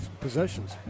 possessions